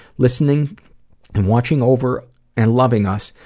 listening and watching over and loving us,